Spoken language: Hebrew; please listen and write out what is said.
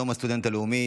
את יום הסטודנט הלאומי,